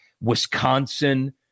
Wisconsin